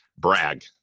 brag